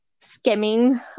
skimming